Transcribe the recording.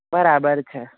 બરાબર છે